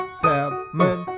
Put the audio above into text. salmon